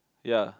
ya